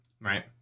right